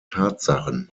tatsachen